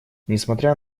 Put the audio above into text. несмотря